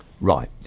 Right